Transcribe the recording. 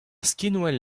skinwel